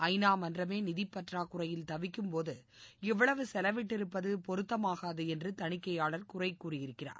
ஐ நா மன்றமே நிதி பற்றாக்குறையில தவிக்கும்போது இவ்வளவு செலவிட்டிருப்பது பொருத்தமாகாது என்று தணிக்கையாளர் குறை கூறியிருக்கிறார்